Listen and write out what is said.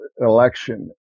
election